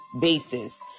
basis